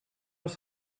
els